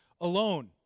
alone